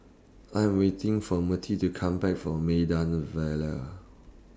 I Am waiting For Mirtie to Come Back from Maida Vale